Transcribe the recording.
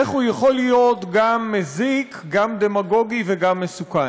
איך הוא יכול להיות גם מזיק, גם דמגוגי וגם מסוכן?